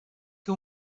que